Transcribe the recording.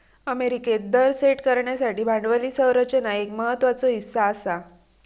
अमेरिकेत दर सेट करण्यासाठी भांडवली संरचना एक महत्त्वाचो हीस्सा आसा